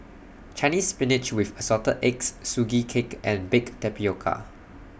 Chinese Spinach with Assorted Eggs Sugee Cake and Baked Tapioca